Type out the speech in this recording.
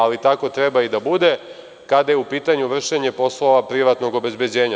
Ali, tako treba i da bude kada je u pitanju vršenje poslova privatnog obezbeđenja.